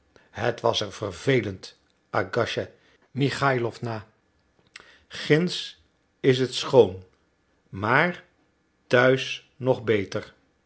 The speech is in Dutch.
het was er vervelend agasija michailowna ginds is het schoon maar t'huis nog beter